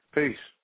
Peace